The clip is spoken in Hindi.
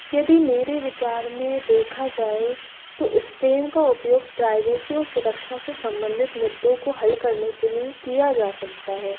यदि मेरे विचार में देखा जाए तो स्टेम का उपयोग प्राइवेसी और सुरक्षा से संबंधित मुद्दों को हल करने के लिए किया जा सकता है